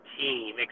team